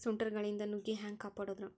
ಸುಂಟರ್ ಗಾಳಿಯಿಂದ ನುಗ್ಗಿ ಹ್ಯಾಂಗ ಕಾಪಡೊದ್ರೇ?